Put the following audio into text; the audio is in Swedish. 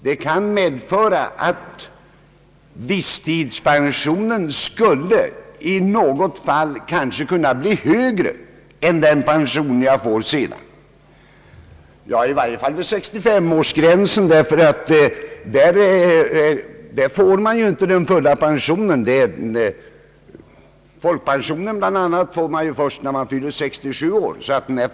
Det kan betyda att visstidspensionen i något fall blir högre än den pension som senare utgår, i varje fall vid 65-årsgränsen, ty där får man ju inte den fulla pensionen. Folkpension t.ex. utgår ju först vid 67 års ålder.